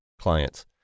clients